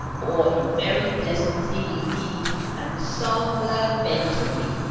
or a very pleasant thing indeed and sung lamentably.